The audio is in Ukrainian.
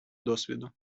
досвіду